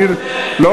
אלעזר שטרן,